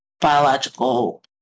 biological